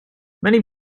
many